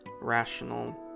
rational